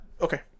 Okay